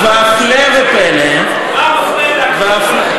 והפלא ופלא, מה מפריע להקים ועדת חוקה?